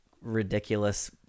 ridiculous